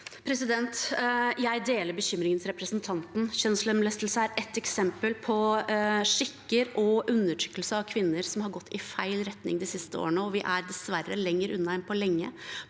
Jeg deler bekymringen til representanten. Kjønnslemlestelse er et eksempel på en skikk og en undertrykkelse av kvinner som har gått i feil retning de siste årene, og vi er dessverre lenger unna enn på lenge